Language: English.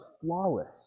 flawless